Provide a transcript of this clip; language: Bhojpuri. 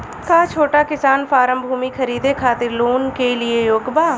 का छोटा किसान फारम भूमि खरीदे खातिर लोन के लिए योग्य बा?